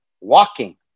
walking